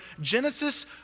Genesis